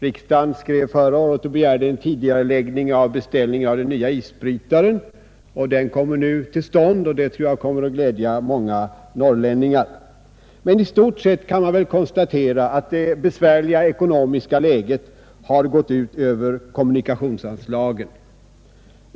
Riksdagen skrev förra året och begärde tidigareläggning av beställningen av den nya isbrytaren, och den kommer nu till stånd. Det tror jag kommer att glädja många norrlänningar. Men i stort sett kan man väl konstatera att det besvärliga ekonomiska läget har gått ut över kommunikationsanslagen.